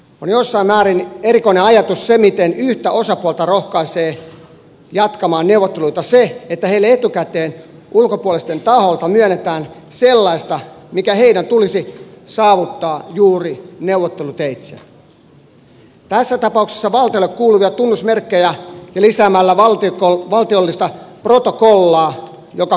on jossain määrin erikoinen ajatus miten yhtä osapuolta rohkaisee jatkamaan neuvotteluita se että heille etukäteen ulkopuolisten taholta myönnetään sellaista mikä heidän tulisi saavuttaa juuri neuvotteluteitse tässä tapauksessa valtiolle kuuluvia tunnusmerkkejä ja valtiollisen protokollan lisäämistä jotka kuuluvat valtiolle